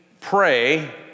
pray